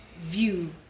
view